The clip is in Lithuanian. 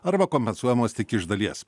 arba kompensuojamos tik iš dalies